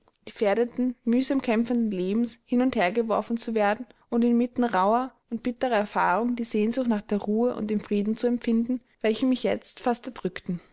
gefährdeten mühsam kämpfenden lebens hin und her geworfen zu werden und inmitten rauher und bitterer erfahrung die sehnsucht nach der ruhe und dem frieden zu empfinden welche mich jetzt fast